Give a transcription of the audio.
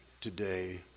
today